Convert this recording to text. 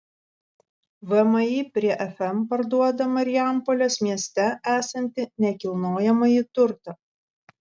vmi prie fm parduoda marijampolės mieste esantį nekilnojamąjį turtą